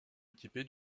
équipé